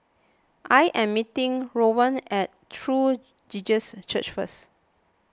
I am meeting Rowan at True Jesus Church first